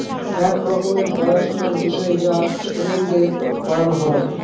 এক রকমের পড়াশোনার বিষয় যা স্টুডেন্টদের পড়ানো হয়